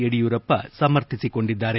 ಯಡಿಯೂರಪ್ಪ ಸಮರ್ಥಿಸಿಕೊಂಡಿದ್ದಾರೆ